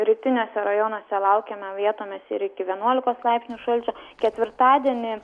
rytiniuose rajonuose laukiame vietomis ir iki vienuolikos laipsnių šalčio ketvirtadienį